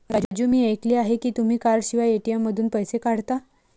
राजू मी ऐकले आहे की तुम्ही कार्डशिवाय ए.टी.एम मधून पैसे काढता